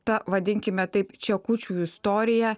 ta vadinkime taip čia kūčių istorija